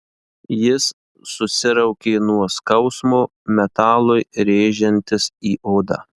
jis susiraukė nuo skausmo metalui rėžiantis į odą